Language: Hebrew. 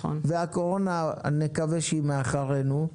והקורונה, נקווה שהיא מאחורינו,